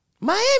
Miami